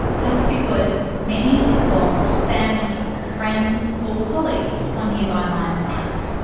that's because many have lost family, friends or colleagues on nearby mine sites.